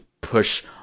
push